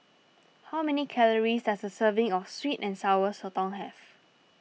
how many calories does a serving of Sweet and Sour Sotong have